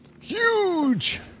Huge